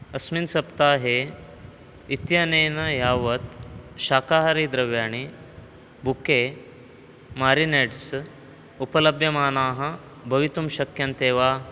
अस्मिन् सप्ताहे इत्यनेन यावत् शाकाहारी द्रव्याणि बुके मारिनेड्स् उपलभ्यमानाः भवितुं शक्यन्ते वा